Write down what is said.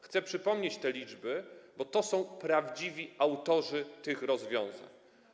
Chcę przypomnieć te liczby, bo to są prawdziwi autorzy tych rozwiązań.